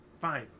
fine